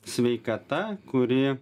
sveikata kuri